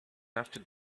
after